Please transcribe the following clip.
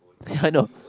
hello